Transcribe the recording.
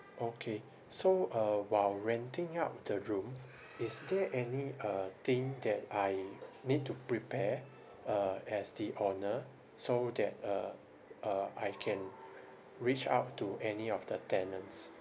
okay so uh while renting out the room is there any uh thing that I need to prepare uh as the owner so that uh uh I can reach out to any of the tenants